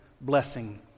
blessing